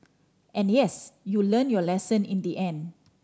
and yes you learnt your lesson in the end